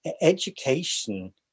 education